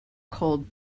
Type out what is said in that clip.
cold